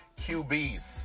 QBs